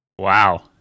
wow